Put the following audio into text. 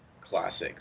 classics